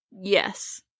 Yes